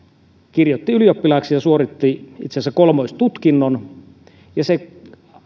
kirjoitti ylioppilaaksi ja suoritti itse asiassa kolmoistutkinnon se